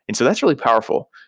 and so that's really powerful,